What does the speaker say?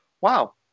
wow